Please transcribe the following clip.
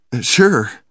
Sure